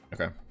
Okay